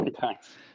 Thanks